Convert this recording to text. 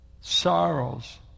Sorrows